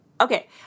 okay